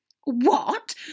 What